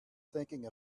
thinking